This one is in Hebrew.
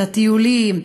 את הטיולים.